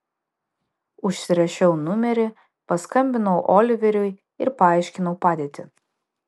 užsirašiau numerį paskambinau oliveriui ir paaiškinau padėtį